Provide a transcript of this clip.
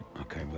Okay